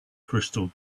crystal